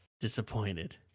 disappointed